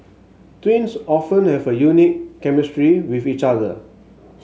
twins often have a unique chemistry with each other